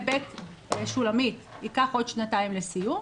ובית שולמית ייקח עוד שנתיים לסיום,